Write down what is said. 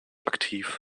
aktiv